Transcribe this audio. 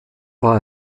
war